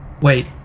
Wait